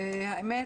האמת,